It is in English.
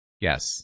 Yes